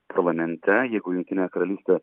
parlamente jeigu jungtinė karalystė